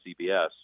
CBS